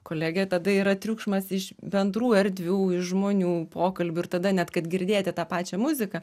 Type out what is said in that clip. kolegė tada yra triukšmas iš bendrų erdvių iš žmonių pokalbių ir tada net kad girdėti tą pačią muziką